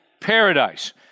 paradise